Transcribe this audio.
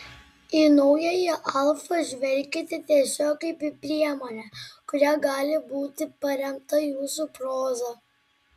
į naująjį alfa žvelkite tiesiog kaip į priemonę kuria gali būti paremta jūsų proza